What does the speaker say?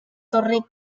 torre